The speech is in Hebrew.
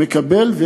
מקבל,